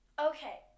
Okay